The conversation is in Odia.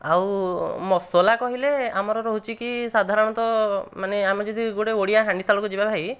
ଆଉ ମସଲା କହିଲେ ଆମର ରହୁଛି କି ସାଧାରଣତଃ ମାନେ ଆମେ ଯଦି ଗୋଟେ ଓଡ଼ିଆ ହାଣ୍ଡିଶାଳକୁ ଯିବା ଭାଇ